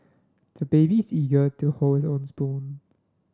the baby is eager to hold his own spoon